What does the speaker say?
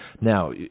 Now